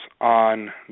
on